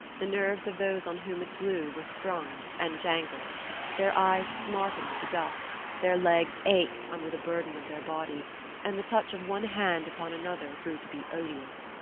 the nerves of those on whom it blew were strung and jangled their eyes smarted with the dust their legs ached under the burthen of their body and the touch of one hand upon another grew to be odious.